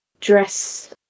dress